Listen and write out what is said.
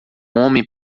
homem